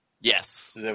Yes